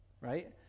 right